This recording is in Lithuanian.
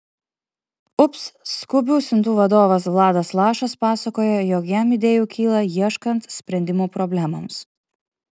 ups skubių siuntų vadovas vladas lašas pasakoja jog jam idėjų kyla ieškant sprendimų problemoms